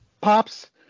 Pops